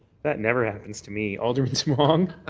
that never happens to me. alderman demong?